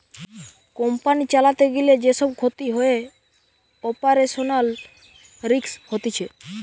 company চালাতে গিলে যে সব ক্ষতি হয়ে অপারেশনাল রিস্ক হতিছে